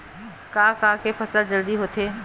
का का के फसल जल्दी हो जाथे?